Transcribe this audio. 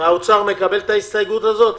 האוצר מקבל את ההסתייגות הזאת?